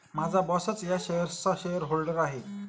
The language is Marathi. माझा बॉसच या शेअर्सचा शेअरहोल्डर आहे